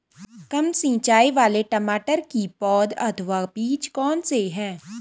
कम सिंचाई वाले टमाटर की पौध अथवा बीज कौन से हैं?